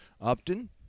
Upton